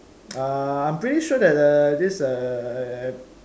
!wow! uh I'm pretty sure that uh this err